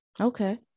okay